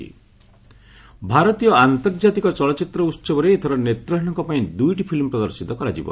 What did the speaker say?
IFFI ଭାରତୀୟ ଆର୍ନ୍ତଜାତିକ ଚଳଚ୍ଚିତ୍ର ଉତ୍ସବରେ ଏଥର ନେତ୍ରହୀନଙ୍କ ପାଇଁ ଦୁଇଟି ଫିଲ୍ମ ପ୍ରଦର୍ଶିତ କରାଯିବ